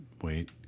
wait